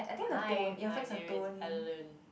hi my name is Adeline